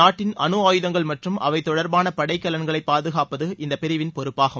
நாட்டின் அனுஆயுதங்கள் மற்றும் அவை தொடர்பான படை கலன்களை பாதுகாப்பது இந்த பிரிவின் பொறுப்பாகும்